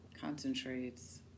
concentrates